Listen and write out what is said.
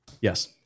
Yes